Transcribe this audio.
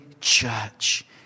church